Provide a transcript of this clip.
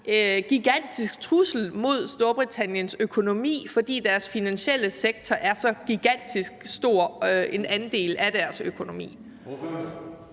gigantisk trussel mod Storbritanniens økonomi, fordi deres finansielle sektor er så gigantisk stor en andel af deres økonomi.